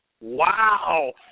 Wow